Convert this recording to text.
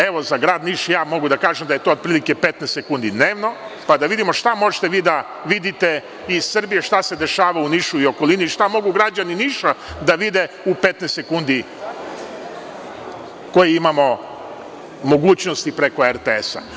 Evo, za grad Niš ja mogu da kažem da je to otprilike 15 sekundi dnevno, pa da vidimo šta vi možete da vidite iz Srbije šta se dešava u Nišu i okolini, šta mogu građani Niša da vide u 15 sekundi koje imamo mogućnosti preko RTS.